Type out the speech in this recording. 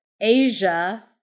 Asia